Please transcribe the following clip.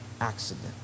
accident